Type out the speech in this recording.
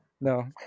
no